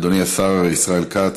אדוני השר ישראל כץ,